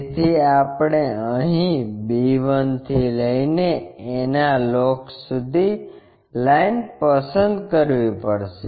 તેથી આપણે અહીં b 1 થી લઈને a ના લોકસ સુધી લાઈન પસંદ કરવી પડશે